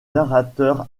narrateur